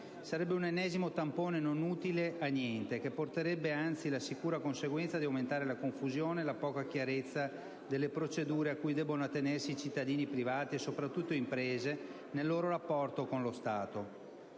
Sarebbe un ennesimo tampone non utile a niente, che porterebbe anzi la sicura conseguenza di aumentare la confusione e la poca chiarezza delle procedure a cui debbono attenersi i privati cittadini e, soprattutto, le imprese nel loro rapporto con lo Stato.